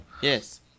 Yes